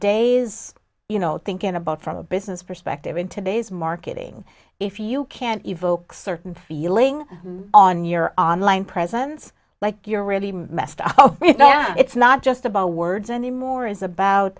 day's you know thinking about from a business perspective in today's marketing if you can evoke certain feeling on your online presence like you're really messed up it's not just about words anymore is about